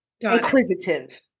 Inquisitive